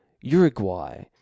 Uruguay